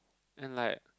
and like